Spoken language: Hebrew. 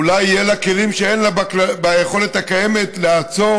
אולי יהיו לה כלים שאין לה ביכולת הקיימת לעצור